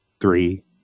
three